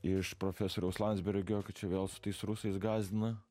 iš profesoriaus landsbergio kad čia vėl su tais rusais gąsdina